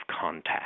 contact